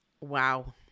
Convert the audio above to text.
Wow